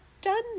done